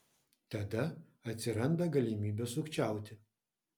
tada atsiranda galimybė sukčiauti